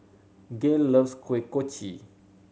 Gale loves Kuih Kochi